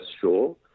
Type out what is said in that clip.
sure